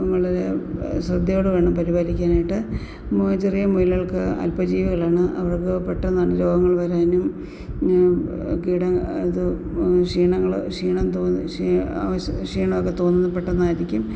വളരെ ശ്രദ്ധയോട് വേണം പരിപാലിക്കാനായിട്ട് ചെറിയ മുയലുകൾക്ക് അല്പജീവികളാണ് അവർക്ക് പെട്ടന്നാണ് രോഗങ്ങൾ വരാനും പിന്നെ കീട അത് ക്ഷീണങ്ങൾ ക്ഷീണം തോന്നും ക്ഷീണമൊക്കെ തോന്നുന്നത് പെട്ടെന്നായിരിക്കും